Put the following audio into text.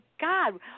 God